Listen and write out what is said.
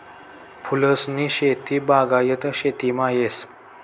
फूलसनी शेती बागायत शेतीमा येस